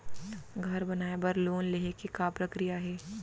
घर बनाये बर लोन लेहे के का प्रक्रिया हे?